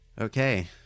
Okay